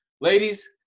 Ladies